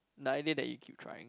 the idea that you keep trying